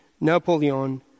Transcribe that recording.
Napoleon